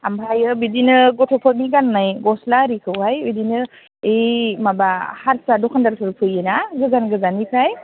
ओमफ्राय बिदिनो गथ'फोरनि गाननाय गस्ला आरिखौहाय बिदिनो ऐ माबा हारसा दखानदारफोर फैयोना गोजान गोजाननिफ्राय